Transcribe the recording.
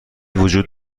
وجود